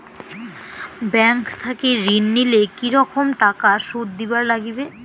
Bank থাকি ঋণ নিলে কি রকম টাকা সুদ দিবার নাগিবে?